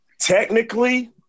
technically